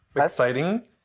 exciting